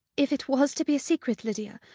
if it was to be a secret, lydia,